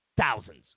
thousands